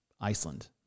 Iceland